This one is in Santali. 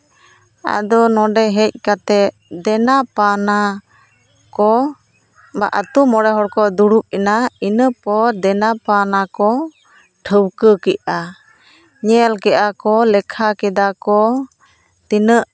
ᱟᱫᱚ ᱱᱚᱰᱮ ᱦᱮᱡ ᱠᱟᱛᱮ ᱫᱮᱱᱟ ᱯᱟᱣᱱᱟ ᱠᱚ ᱵᱟ ᱟᱛᱳ ᱢᱚᱬᱮ ᱦᱚᱲ ᱠᱚ ᱫᱩᱲᱩᱯ ᱮᱱᱟ ᱤᱱᱟᱹ ᱯᱚᱨ ᱫᱮᱱᱟ ᱯᱟᱣᱱᱟ ᱠᱚ ᱴᱷᱟᱹᱣᱠᱟᱹ ᱠᱮᱜᱼᱟ ᱧᱮᱞ ᱠᱮᱜᱼᱟ ᱠᱚ ᱞᱮᱠᱷᱟ ᱠᱮᱫᱟ ᱠᱚ ᱛᱤᱱᱟᱹᱜ